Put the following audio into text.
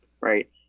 right